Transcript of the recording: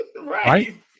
right